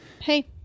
Hey